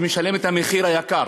שמשלם את המחיר הגבוה.